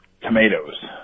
tomatoes